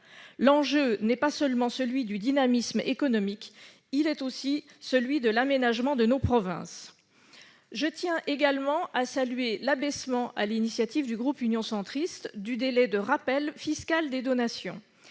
L'enjeu est non seulement le dynamisme économique, mais aussi l'aménagement de nos provinces. Je tiens également à saluer l'abaissement, sur l'initiative du groupe Union Centriste, du délai de rappel fiscal des donations.